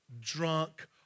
drunk